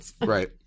Right